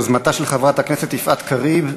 ביוזמתה של חברת הכנסת יפעת קריב,